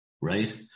right